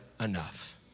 enough